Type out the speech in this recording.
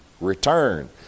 return